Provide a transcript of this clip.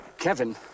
Kevin